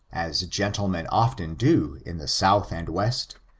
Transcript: as gentlemen often do in the south and west,